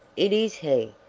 it is he!